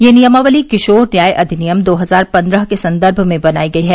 यह नियमावली किशोर न्याय अधिनियम दो हजार पन्द्रह के सन्दर्भ में बनाई गई है